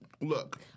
Look